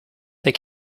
they